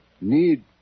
need